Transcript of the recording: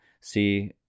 see